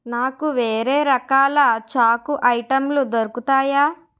నాకు వేరే రకాల చాకు ఐటెంలు దొరుకుతాయా